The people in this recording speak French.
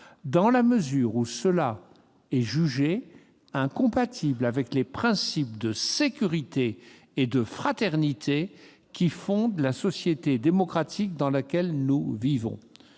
dans la mesure où cela est jugé incompatible avec les principes de sécurité et de fraternité qui fondent la société démocratique dans laquelle nous vivons.